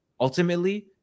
ultimately